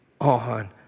on